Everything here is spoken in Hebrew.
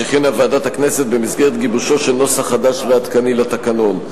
שהכינה ועדת הכנסת במסגרת גיבושו של נוסח חדש ועדכני לתקנון.